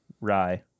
rye